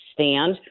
stand